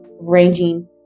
ranging